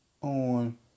on